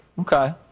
okay